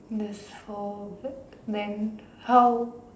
this whole vet then how